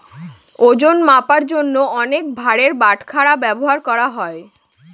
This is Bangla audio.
ওজন মাপার জন্য অনেক ভারের বাটখারা ব্যবহার করা হয়